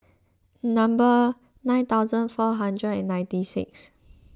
number nine thousand four hundred and ninety sixth